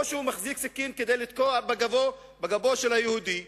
או שהוא מחזיק סכין כדי לתקוע אותה בגבו של היהודי,